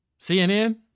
CNN